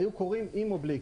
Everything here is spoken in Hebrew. היו קורים עם או בלי.